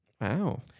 Wow